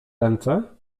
ręce